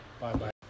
Bye-bye